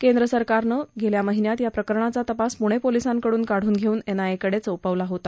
केंद्र सरकारनं गेल्या महिन्यात या प्रकरणाचा तपास पुणे पोलिसांकडून काढून घेऊन एनआयए कडे सोपावला होता